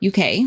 UK